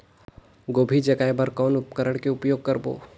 गोभी जगाय बर कौन उपकरण के उपयोग करबो?